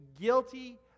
guilty